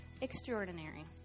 extraordinary